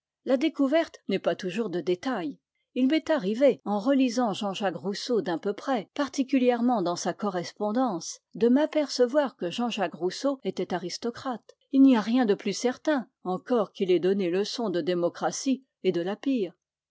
la découverte n'est pas toujours de détail il m'est arrivé en relisant jean-jacques rousseau d'un peu près particulièrement dans sa correspondance de m'apercevoir que jean-jacques rousseau était aristocrate il n'y a rien de plus certain encore qu'il ait donné leçon de démocratie et de la pire